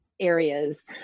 areas